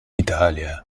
italia